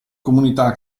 comunità